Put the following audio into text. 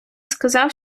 сказав